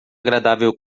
agradável